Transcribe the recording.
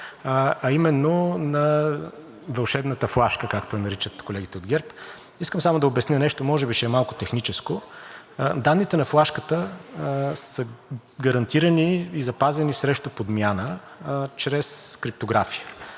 а именно на вълшебната флашка, както я наричат колегите от ГЕРБ. Искам само да обясня нещо, може би ще е малко техническо. Данните на флашката са гарантирани и запазени срещу подмяна чрез криптография